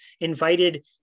invited